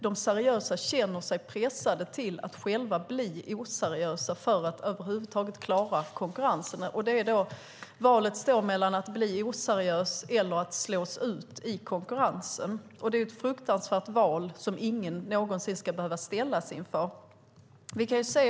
De seriösa känner sig pressade att själva bli oseriösa för att över huvud taget klara konkurrensen. Valet står mellan att bli oseriös och att slås ut i konkurrensen. Det är ett fruktansvärt val som ingen någonsin ska behöva ställas inför.